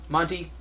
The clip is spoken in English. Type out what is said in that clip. Monty